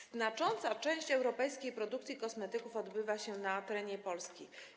Znacząca część europejskiej produkcji kosmetyków odbywa się na terenie Polski.